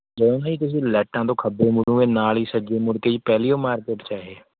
ਜਦੋਂ ਨਾ ਜੀ ਤੁਸੀਂ ਲਾਈਟਾਂ ਤੋਂ ਖੱਬੇ ਮੁੜੋਂਗੇ ਨਾਲ ਹੀ ਸੱਜੇ ਮੁੜ ਕੇ ਜੀ ਪਹਿਲੀ ਉਹ ਮਾਰਕੀਟ 'ਚ ਹੈ ਇਹ